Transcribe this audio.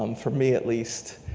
um for me at least,